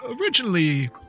originally